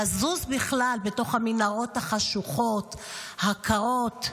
לזוז בכלל בתוך המנהרות החשוכות והקרות.